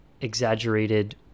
exaggerated